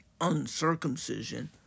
uncircumcision